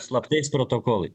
slaptais protokolai